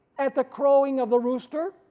at the crowing of the rooster,